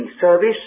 service